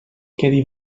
quedi